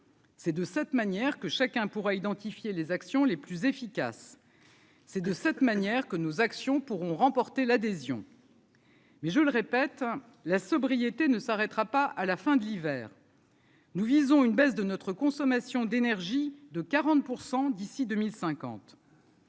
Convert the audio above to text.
C'est de cette manière que chacun pourra identifier les actions les plus efficaces. C'est de cette manière que nos actions pourront remporter l'adhésion. Mais je le répète, la sobriété ne s'arrêtera pas à la fin de l'hiver. Nous visons une baisse de notre consommation d'énergie de 40 % d'ici 2050.